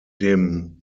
dem